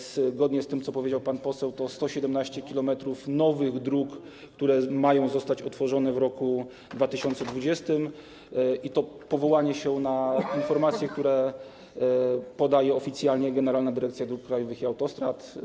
Zgodnie z tym, co powiedział pan poseł, to jest 117 km nowych dróg, które mają zostać otworzone w roku 2020 - to powołanie się na informacje, które podaje oficjalnie Generalna Dyrekcja Dróg Krajowych i Autostrad.